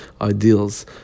ideals